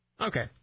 Okay